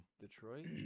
Detroit